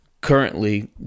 currently